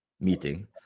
meeting